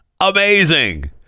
amazing